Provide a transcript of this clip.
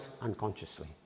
unconsciously